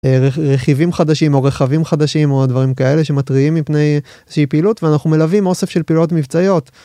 רכיבים חדשים או רכבים חדשים או דברים כאלה שמתריעים מפני איזושהי פעילות ואנחנו מלווים אוסף של פעילויות מבצעיות.